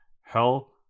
hell